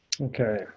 Okay